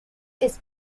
his